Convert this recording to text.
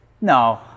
No